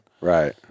Right